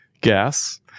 gas